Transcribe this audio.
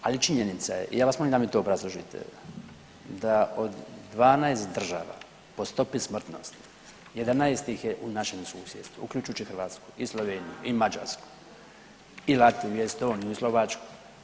Ali činjenica je, ja vas molim da mi to obrazložite da od 12 država po stopi smrtnosti 11 ih je u našem susjedstvu uključujući i Hrvatsku i Sloveniju i Mađarsku i Latviju i Estoniju i Slovačku.